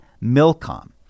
Milcom